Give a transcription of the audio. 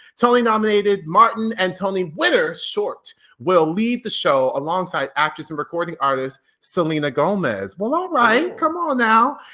tony nominated martin and tony winner short will lead the show alongside actress and recording artists, selena gomez. well all right, come on now.